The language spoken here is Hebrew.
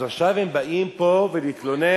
אז עכשיו הם באים פה להתלונן?